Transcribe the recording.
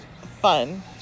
fun